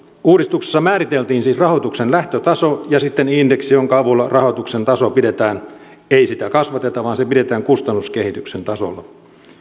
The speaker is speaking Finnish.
uudistuksessa määriteltiin siis rahoituksen lähtötaso ja sitten indeksi jonka avulla rahoituksen taso pidetään ei sitä kasvateta vaan se pidetään kustannuskehityksen tasolla